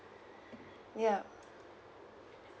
yup